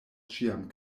ĉiam